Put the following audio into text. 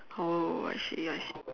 oh I see I see